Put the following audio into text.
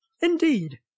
Indeed